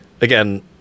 again